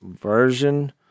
version